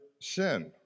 sin